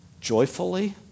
Joyfully